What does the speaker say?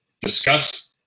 discuss